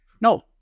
No